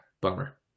bummer